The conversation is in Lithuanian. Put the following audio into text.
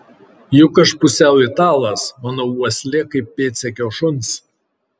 juk aš pusiau italas mano uoslė kaip pėdsekio šuns